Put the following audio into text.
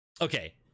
okay